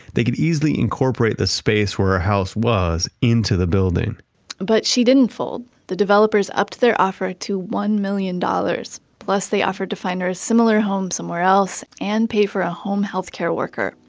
they could easily incorporate the space where her house was into the building but she didn't fold. the developers upped their offer to one million dollars plus they offered to find her a similar home somewhere else, and pay for a home health-care worker.